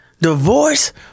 Divorce